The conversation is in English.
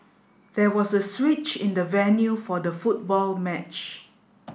there was a switch in the venue for the football match